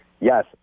Yes